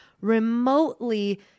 remotely